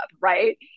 right